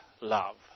love